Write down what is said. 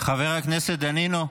חבר הכנסת דנינו.